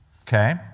Okay